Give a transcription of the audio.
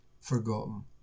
Forgotten